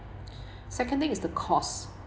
second thing is the cost